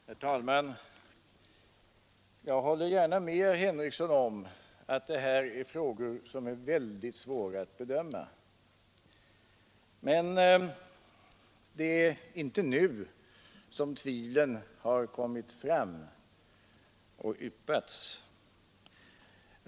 Herr talman! Jag håller gärna med herr Henrikson om att dessa frågor är mycket svåra att bedöma. Men det är inte nu som tvivlen har yppats.